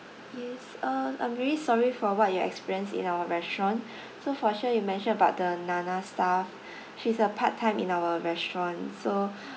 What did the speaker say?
uh I'm sorry for what you've experienced in our restaurant so for sure you mentioned about the nana staff she's a part-time in our restaurant so